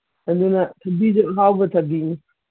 ꯑꯗꯨꯅ ꯊꯕꯤꯁꯨ ꯑꯍꯥꯎꯕ ꯊꯕꯤꯅꯤ